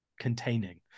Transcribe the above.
containing